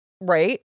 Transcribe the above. Right